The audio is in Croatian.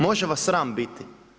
Može vas sram biti.